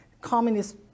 Communist